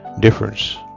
difference